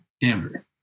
Denver